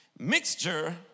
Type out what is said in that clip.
Mixture